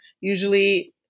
usually